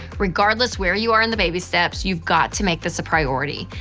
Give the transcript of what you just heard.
regardless where you are in the baby steps, you've got to make this a priority.